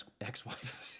ex-wife